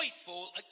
joyful